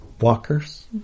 walkers